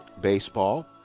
baseball